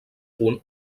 punt